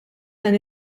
dan